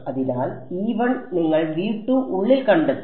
അതിനാൽ നിങ്ങൾ ഉള്ളിൽ കണ്ടെത്തും